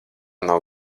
nav